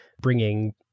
bringing